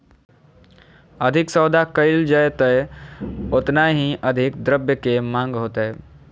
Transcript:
अधिक सौदा कइल जयतय ओतना ही अधिक द्रव्य के माँग होतय